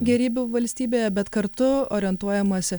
gėrybių valstybėje bet kartu orientuojamasi